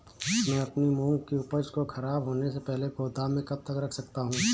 मैं अपनी मूंग की उपज को ख़राब होने से पहले गोदाम में कब तक रख सकता हूँ?